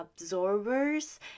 absorbers